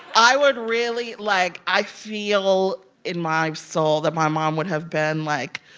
i would really like, i feel in my soul that my mom would have been, like,